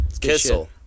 Kissel